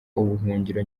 ubuhungiro